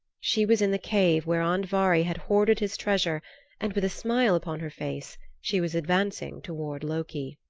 she was in the cave where andvari had hoarded his treasure and with a smile upon her face she was advancing toward loki.